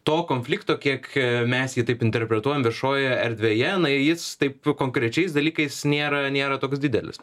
to konflikto kiek mes jį taip interpretuojam viešojoje erdvėje jis taip konkrečiais dalykais nėra nėra toks didelis